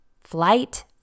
flight